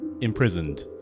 imprisoned